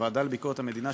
בוועדה לביקורת המדינה,